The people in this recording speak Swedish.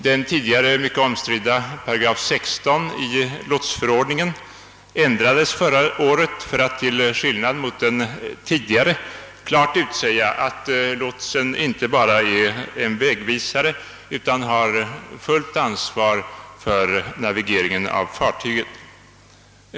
Den tidigare mycket omstridda 16 8 i lotsförordningen ändrades förra året för att, till skillnad mot den tidigare, klart utsäga att lotsen inte bara är en vägvisare utan har fullt ansvar för navigeringen av fartyget.